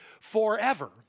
forever